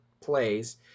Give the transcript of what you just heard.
plays